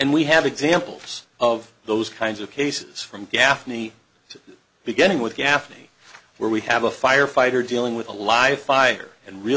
and we have examples of those kinds of cases from gaffney to beginning with gaffney where we have a firefighter dealing with a live fire and real